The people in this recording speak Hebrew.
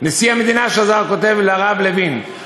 נשיא המדינה שזר כותב לרב לוין,